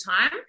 time